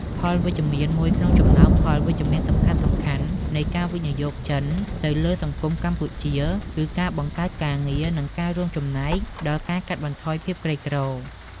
ផលវិជ្ជមានមួយក្នុងចំណោមផលវិជ្ជមានសំខាន់ៗនៃការវិនិយោគចិនទៅលើសង្គមកម្ពុជា គឺការបង្កើតការងារ និងការរួមចំណែកដល់ការកាត់បន្ថយភាពក្រីក្រ។